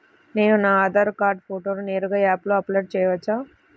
నేను నా ఆధార్ కార్డ్ ఫోటోను నేరుగా యాప్లో అప్లోడ్ చేయవచ్చా?